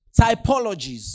typologies